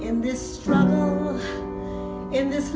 in this in this